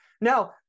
Now